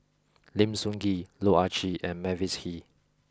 Lim Sun Gee Loh Ah Chee and Mavis Hee